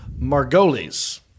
Margolis